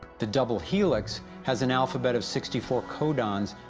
the double helix has an alphabet of sixty four codons,